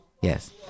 Yes